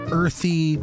earthy